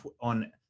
on